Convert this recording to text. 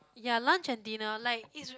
ya lunch and dinner like it's